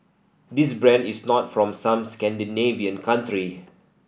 this brand is not from some Scandinavian country